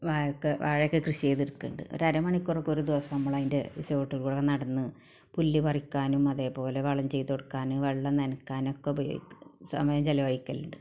വാഴ വാഴയൊക്കെ കൃഷി ചെയ്ത് എടുക്കുന്നുണ്ട് ഒര് അര മണിക്കൂറൊക്കെ ഒരു ദിവസം നമ്മള് അതിൻറ്റെ ചുവട്ടിൽകൂടെ നടന്ന് പുല്ല് പറിക്കാനും അതേപോലെ വളം ചെയ്തെടുക്കാനും വെള്ളം നനയ്ക്കാനുമൊക്കെ ഉപയോഗിക്കും സമയം ചെലവഴിക്കലുണ്ട്